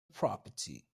property